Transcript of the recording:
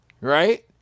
right